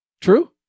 True